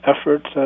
efforts